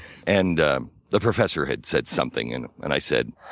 and the professor had said something, and and i said,